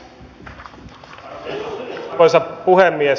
arvoisa puhemies